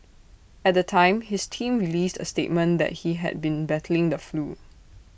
at the time his team released A statement that he had been battling the flu